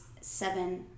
seven